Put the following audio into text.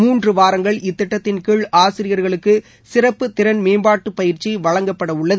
மூன்று வாரங்கள் இத்திட்டத்தின்கீழ் ஆசிரியர்களுக்கு சிறப்பு திறன் மேம்பாட்டுப் பயிற்சி வழங்கப்பட உள்ளது